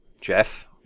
Jeff